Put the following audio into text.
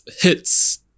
hits